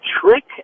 trick